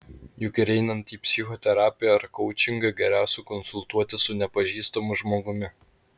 juk ir einant į psichoterapiją ar koučingą geriausia konsultuotis su nepažįstamu žmogumi